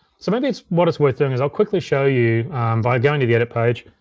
so maybe it's, what it's worth doing is i'll quickly show you via going to the edit page,